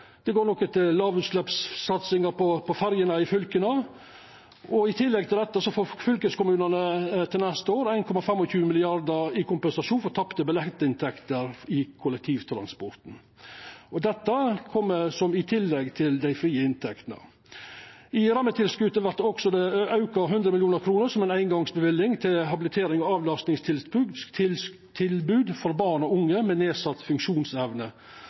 noko går til satsinga på lågutsleppsferjer i fylka. I tillegg får fylkeskommunane neste år 1,25 mrd. kr i kompensasjon for tapte billettinntekter i kollektivtransporten, og dette kjem i tillegg til dei frie inntektene. Rammetilskotet vert også auka med 100 mill. kr som ei eingongsløyving til tilbod om habilitering og avlastning for barn og unge med nedsett funksjonsevne